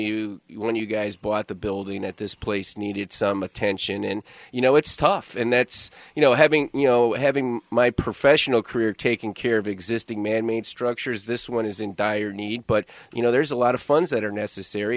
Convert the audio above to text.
you when you guys bought the building at this place needed some attention and you know it's tough and that's you know having you know having my professional career taking care of existing manmade structures this one is in dire need but you know there's a lot of funds that are necessary